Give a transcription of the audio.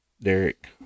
Derek